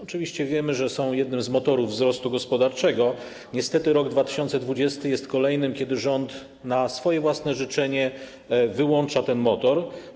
Oczywiście wiemy, że inwestycje są jednym z motorów wzrostu gospodarczego, niestety rok 2020 jest kolejnym, w którym rząd na swoje własne życzenie wyłącza ten motor.